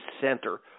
Center